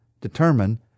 determine